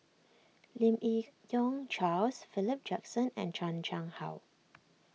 Lim Yi Yong Charles Philip Jackson and Chan Chang How